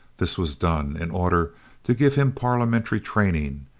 this was done in order to give him parliamentary training,